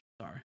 Sorry